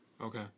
Okay